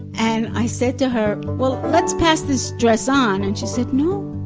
and i said to her, well, let's pass this dress on, and she said, no!